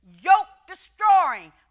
yoke-destroying